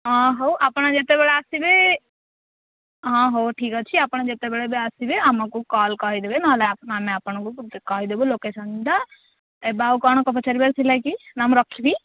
ହଁ ହଉ ଆପଣ ଯେତେବେଳେ ଆସିବେ ହଁ ହଉ ଠିକ ଅଛି ଆପଣ ଯେତେବେଳେ ବି ଆସିବେ ଆମକୁ କଲ୍ କହିଦେବେ ନହେଲେ ଆ ଆମେ ଆପଣଙ୍କୁ କହିଦେବୁ ଲୋକେଶନ୍ଟା ଏବେ ଆଉ କ'ଣ ପଚାରିବାର ଥିଲା କି ନା ମୁଁ ରଖିବି